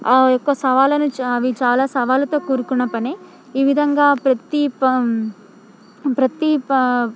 ఆ యొక్క సవాళ్ళను అవి చాలా సవాళ్ళతో కూడుకున్న పని ఈ విధంగా ప్రతి పం ప్రతి పం